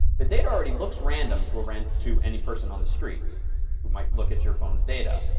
the data already looks random to random to any person on the streets who might look at your phone's data.